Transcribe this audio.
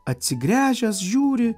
atsigręžęs žiūri